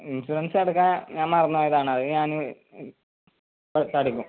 insurance അടക്കാൻ ഞാൻ മറന്ന് പോയതാണ് അത് ഞാൻ പൈസടക്കും